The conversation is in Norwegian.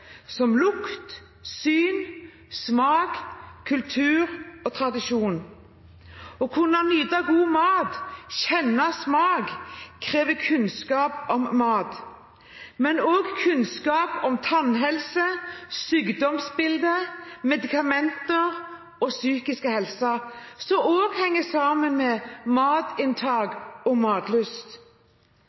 som lukt, syn og smak, og med kultur og tradisjon. Å kunne nyte god mat og kjenne smak krever kunnskap om mat, men også kunnskap om tannhelse, sykdomsbilde, medikamenter og psykisk helse, som også henger sammen med matinntak og matlyst.